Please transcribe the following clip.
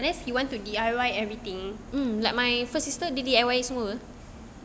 unless he want to D_I_Y everything like my first sister dia D_I_Y semua